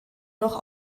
noch